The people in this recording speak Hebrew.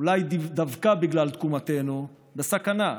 אולי דווקא בגלל תקומתנו, בסכנה.